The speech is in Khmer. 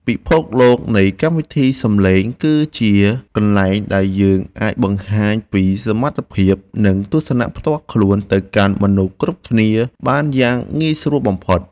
ពិភពលោកនៃកម្មវិធីសំឡេងគឺជាកន្លែងដែលយើងអាចបង្ហាញពីសមត្ថភាពនិងទស្សនៈផ្ទាល់ខ្លួនទៅកាន់មនុស្សគ្រប់គ្នាបានយ៉ាងងាយស្រួលបំផុត។